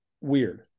weird